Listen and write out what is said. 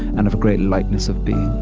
and of great lightness of being